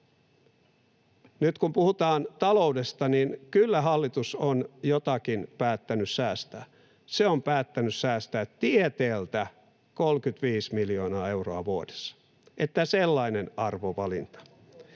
Nyt kun puhutaan taloudesta, niin kyllä hallitus on jotakin päättänyt säästää. Se on päättänyt säästää tieteeltä 35 miljoonaa euroa vuodessa, että sellainen arvovalinta.